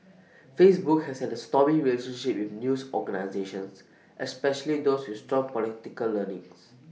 Facebook has had A stormy relationship with news organisations especially those with strong political leanings